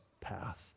path